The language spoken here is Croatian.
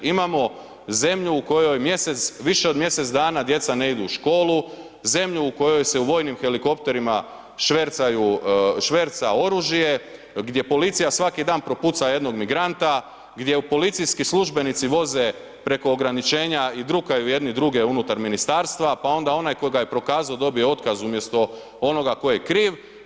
Imamo zemlju u kojoj mjesec, više od mjesec dana djeca ne idu u školu, zemlju u kojoj se u vojnim helikopterima švercaju, šverca oružje, gdje policija svaki dan propuca jednog migranta, gdje policijski službenici voze preko ograničenja i drukaju jedni druge unutar ministarstva pa onda onaj koji ga je prokazao dobije otkaz umjesto onoga tko je kriv.